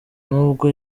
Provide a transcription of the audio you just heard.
nubwo